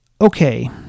Okay